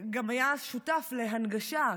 גם היה שותף להנגשה,